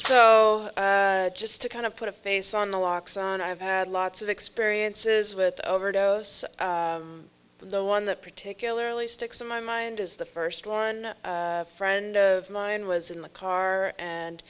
so just to kind of put a face on the locks on i've had lots of experiences with overdose but the one that particularly sticks in my mind is the first lauren friend of mine was in the car and